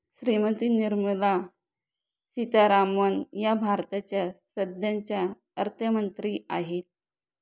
श्रीमती निर्मला सीतारामन या भारताच्या सध्याच्या अर्थमंत्री आहेत